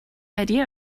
idea